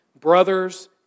Brothers